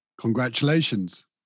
Congratulations